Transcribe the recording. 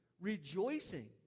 rejoicing